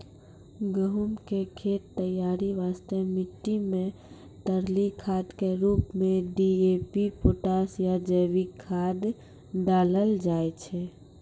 गहूम के खेत तैयारी वास्ते मिट्टी मे तरली खाद के रूप मे डी.ए.पी पोटास या जैविक खाद डालल जाय छै